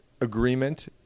agreement